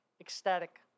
Ecstatic